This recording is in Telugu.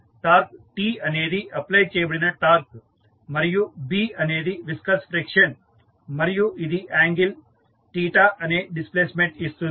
టార్క్ T అనేది అప్ప్లై చేయబడిన టార్క్ మరియు B అనేది విస్కస్ ఫ్రిక్షన్ మరియు ఇది యాంగిల్ అనే డిస్ప్లేస్మెంట్ ఇస్తుంది